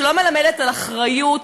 שלא מלמדת על אחריות,